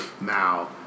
Now